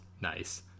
nice